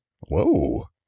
Whoa